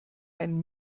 einen